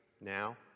now